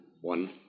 One